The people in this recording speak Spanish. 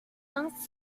johns